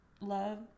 love